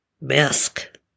mask